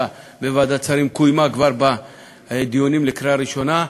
בוועדת שרים קוימה כבר בדיונים לקראת הקריאה ראשונה,